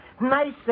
nice